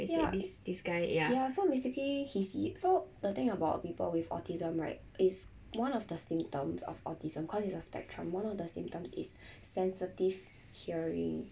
ya ya so basically he see so the thing about people with autism right is one of the symptoms of autism cause it's a spectrum one of the symptoms is sensitive hearing